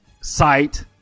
site